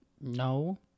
No